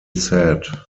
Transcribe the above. sad